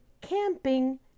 camping